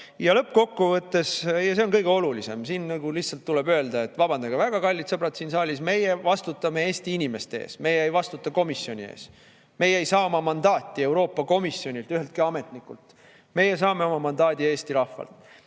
Lõppkokkuvõttes – ja see on kõige olulisem –, siin lihtsalt tuleb öelda, et vabandage väga, kallid sõbrad siin saalis, meie vastutame Eesti inimeste ees, meie ei vastuta komisjoni ees. Meie ei saa oma mandaati Euroopa Komisjonilt, üheltki ametnikult. Meie saame oma mandaadi Eesti rahvalt.